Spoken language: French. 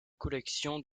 collection